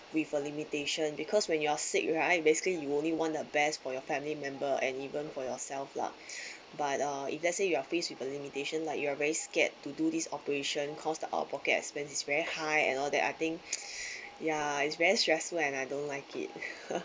with a limitation because when you're sick right basically you only want the best for your family member and even for yourself lah but uh if let's say you are faced with a limitation like you are very scared to do this operation cause the our pocket expenses is very high and all that I think ya it's very stressful and I don't like it